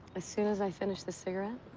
as soon as i finish this cigarette,